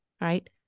right